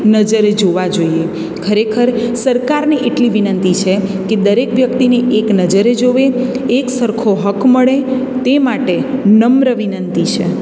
નજરે જોવા જોઈએ ખરેખર સરકારને એટલી વિનંતી છે કે દરેક વ્યક્તિને એક નજરે જુએ એકસરખો હક મળે તે માટે નમ્ર વિનંતી છે